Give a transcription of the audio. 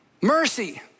mercy